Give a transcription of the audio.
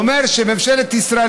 הוא אומר שממשלת ישראל,